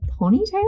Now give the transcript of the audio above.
ponytail